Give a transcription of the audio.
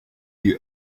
you